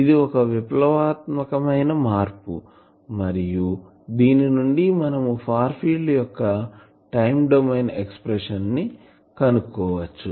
ఇది ఒక విప్లవాత్మకమైన మార్పు మరియు దీని నుండి మనము ఫార్ ఫీల్డ్ యొక్క టైం డొమైన్ ఎక్సప్రెషన్ ని కనుక్కోవచ్చు